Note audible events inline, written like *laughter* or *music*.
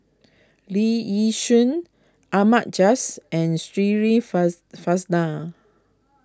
Lee Yi Shyan Ahmad Jais and Shirin *unintelligible* Fozdar